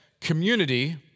community